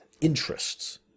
interests